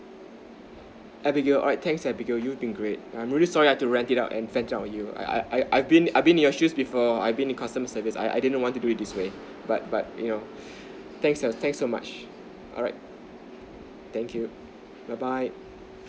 abigail alright thanks abigail you've been great I'm very sorry I have to ranting out and punch at you I I I I've been I've in your shoes before I've been in a customer service I I I don't want to do it this way but but you know thanks thanks so much alright thank you bye bye